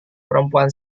perempuan